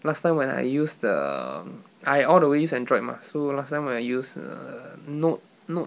last time when I use the I all the way use android mah so last time when I use err note note